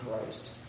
Christ